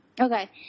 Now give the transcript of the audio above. okay